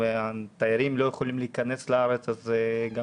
והתיירים לא יכולים להיכנס לארץ אז גם